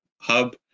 hub